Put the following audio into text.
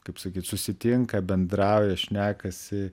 kaip sakyt susitinka bendrauja šnekasi